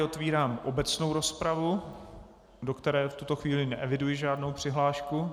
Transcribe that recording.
Otevírám obecnou rozpravu, do které v tuto chvíli neeviduji žádnou přihlášku.